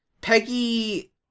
Peggy